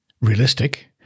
realistic